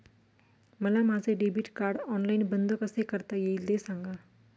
मला माझे debit card online बंद कसे करता येईल, ते सांगा